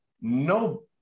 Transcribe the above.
No